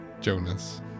Jonas